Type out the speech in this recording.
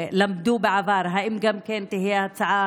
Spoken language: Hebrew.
ולמדו בעבר, האם גם כן תהיה הצעה